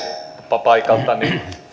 paikaltani